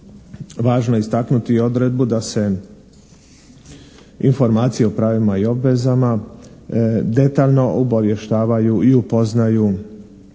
važno istaknuti i odredbu da se informacije o pravima i obvezama detaljno obavještavaju i upoznaju